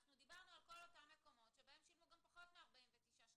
אנחנו דיברנו על כל אותם מקומות שבהם שילמו גם פחות מ-49 שקלים